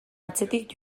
atzetik